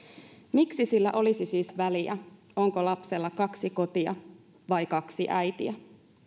miksi sillä olisi siis väliä onko lapsella kaksi kotia tai kaksi äitiä